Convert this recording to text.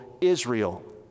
israel